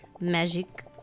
magic